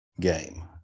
game